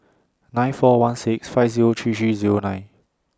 nine four one six five Zero three three Zero nine